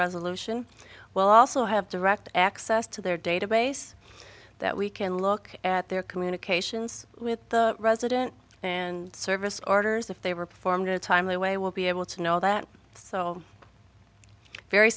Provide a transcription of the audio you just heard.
resolution well also have direct access to their database that we can look at their communications with the resident and service orders if they were performed in a timely way will be able to know that so very